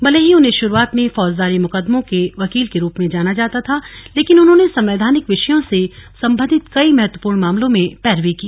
भले ही उन्है शुरूआत में फौजदारी मुकदमों के वकील के रूप में जाना जाता था लेकिन उन्होंने संवैधानिक विषयों से संबंधित कई महत्वपूर्ण मामलों में पैरवी की